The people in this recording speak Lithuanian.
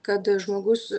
kada žmogus